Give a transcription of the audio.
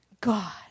God